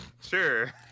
Sure